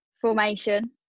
formation